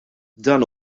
dan